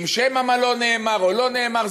ואם שם המלון נאמר או לא נאמר.